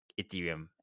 Ethereum